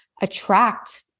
attract